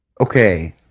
Okay